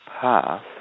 path